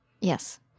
Yes